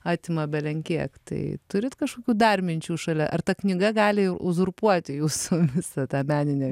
atima belenkiek tai turit kažkokių dar minčių šalia ar ta knyga gali uzurpuoti jūsų visą tą meninę